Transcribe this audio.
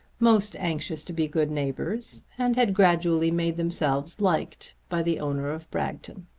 most anxious to be good neighbours, and had gradually made themselves liked by the owner of bragton.